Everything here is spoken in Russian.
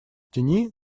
тени